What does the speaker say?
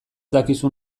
dakizu